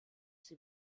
sie